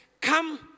come